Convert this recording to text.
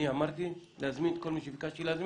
אני אמרתי, נזמין את כל מי שביקשתי להזמין.